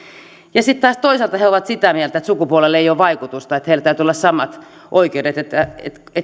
ja sitten taas toisaalta he ovat sitä mieltä että sukupuolella ei ole vaikutusta että heillä täytyy olla samat oikeudet että